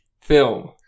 Film